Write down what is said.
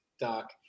Doc